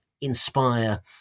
inspire